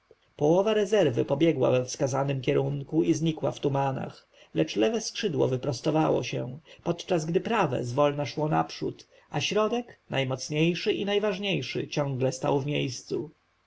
połowa rezerwy pobiegła we wskazanym kierunku i znikła w tumanach lecz lewe skrzydło wyprostowało się podczas gdy prawe zwolna szło naprzód a środek najmocniejszy i najważniejszy ciągle stał w miejscu